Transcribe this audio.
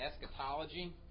eschatology